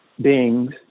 beings